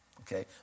Okay